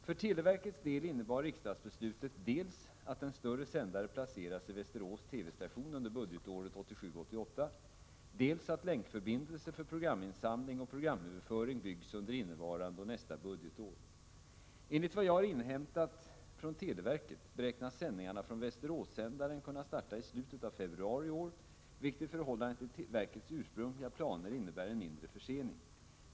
För televerkets del innebar riksdagsbeslutet dels att en större sändare placeras i Västerås TV-station under budgetåret 1987/88, dels att länkförbindelser för programinsamling och programöverföring byggs under innevarande och nästa budgetår. Enligt vad jag har inhämtat från televerket beräknas sändningarna från Västeråssändaren kunna starta i slutet av februari i år, vilket i förhållande till verkets ursprungliga planer innebär en mindre försening.